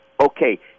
okay